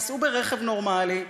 תיסעו ברכב נורמלי,